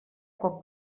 quan